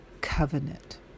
covenant